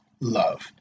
love